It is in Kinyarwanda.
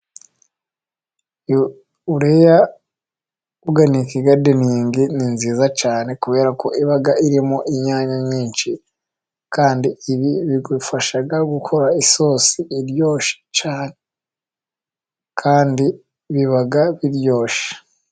UREA Organic Gardening ni nziza cyane kubera ko iba irimo inyanya nyinshi kandi ibi bigufasha gukora isosi iryoshye kandi biba biryoshye.